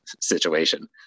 situation